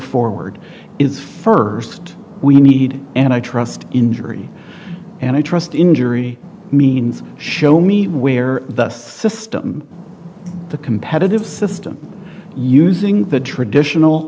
forward is first we need antitrust injury and i trust injury means show me where the system the competitive system using the traditional